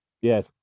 Yes